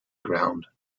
ground